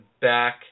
back